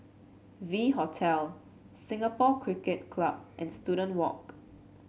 V Hotel Singapore Cricket Club and Student Walk